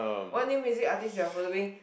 what name is this artist you are following